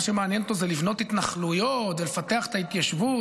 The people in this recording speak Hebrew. שמעניין אותו זה לבנות התנחלויות ולפתח את ההתיישבות.